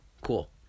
Cool